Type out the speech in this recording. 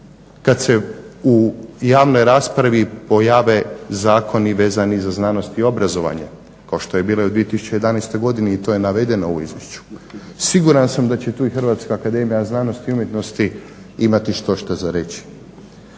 kad se u javnoj raspravi pojave zakoni vezani za znanost i obrazovanje kao što je bilo i u 2011. godini i to je navedeno u Izvješću. Siguran sam da će tu i Hrvatska akademija znanosti i umjetnosti imati štošta za reći.